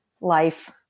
Life